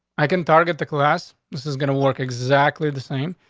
i can target the class. this is gonna work exactly the same.